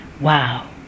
Wow